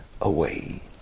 away